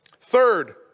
Third